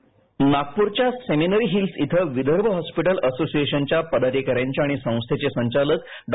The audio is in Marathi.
स्क्रिप्ट नागप्रच्या सेमीनरी हिल्स इथं विदर्भ हॉस्पिटल असोसिएशनच्या पदाधिका यांची आणि संस्थेचे संचालक डॉ